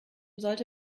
sollte